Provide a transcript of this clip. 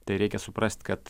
tai reikia suprast kad